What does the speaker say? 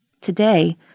Today